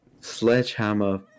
Sledgehammer